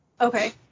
Okay